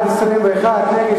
הצבעה.